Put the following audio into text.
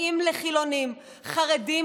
דתיים לחילונים, חרדים